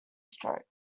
stroke